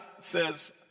says